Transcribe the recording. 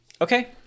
Okay